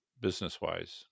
business-wise